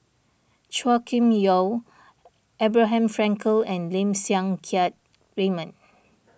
Chua Kim Yeow Abraham Frankel and Lim Siang Keat Raymond